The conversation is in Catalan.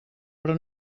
però